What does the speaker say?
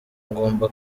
ngomba